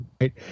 right